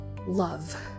love